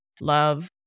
love